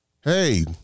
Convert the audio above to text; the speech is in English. Hey